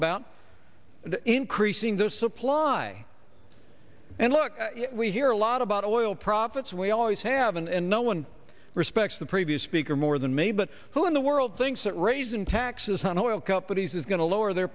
about increasing the supply and look we hear a lot about oil profits we always have and no one respects the previous speaker more than me but who in the world thinks that raising taxes on oil companies is going to lower their